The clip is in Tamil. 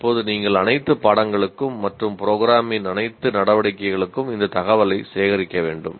இப்போது நீங்கள் அனைத்து பாடங்களுக்கும் மற்றும் ப்ரோக்ராம்மின் அனைத்து நடவடிக்கைகளுக்கும் இந்த தகவலை சேகரிக்க வேண்டும்